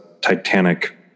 Titanic